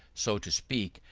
so to speak,